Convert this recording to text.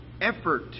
effort